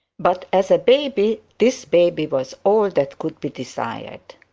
but, as a baby, this baby was all that could be desired.